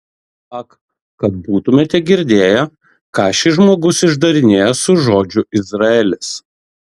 ak kad būtumėte girdėję ką šis žmogus išdarinėja su žodžiu izraelis